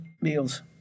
meals